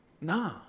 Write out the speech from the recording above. nah